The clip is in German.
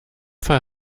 fall